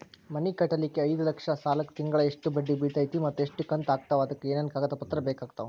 ಮನಿ ಕಟ್ಟಲಿಕ್ಕೆ ಐದ ಲಕ್ಷ ಸಾಲಕ್ಕ ತಿಂಗಳಾ ಎಷ್ಟ ಬಡ್ಡಿ ಬಿಳ್ತೈತಿ ಮತ್ತ ಎಷ್ಟ ಕಂತು ಆಗ್ತಾವ್ ಅದಕ ಏನೇನು ಕಾಗದ ಪತ್ರ ಬೇಕಾಗ್ತವು?